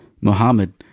Muhammad